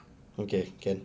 okay can